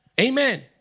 Amen